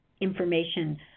information